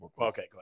Okay